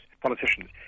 politicians